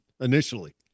initially